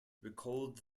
recalled